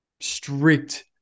strict